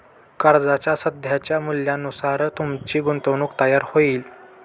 कर्जाच्या सध्याच्या मूल्यानुसार तुमची गुंतवणूक तयार होईल